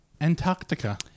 Antarctica